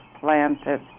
planted